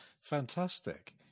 Fantastic